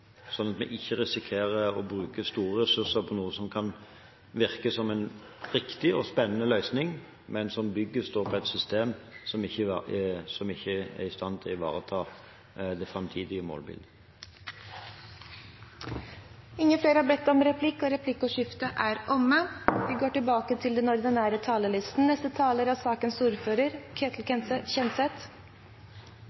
sånn at vi ikke risikerer å bruke store ressurser på noe som kan virke som en riktig og spennende løsning, men som bygges på et system som ikke er i stand til å ivareta det framtidige målbildet. Replikkordskiftet er omme. De talere som heretter får ordet, har en taletid på inntil 3 minutter. Mens vi